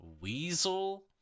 weasel